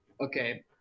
Okay